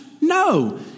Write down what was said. No